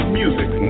music